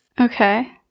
Okay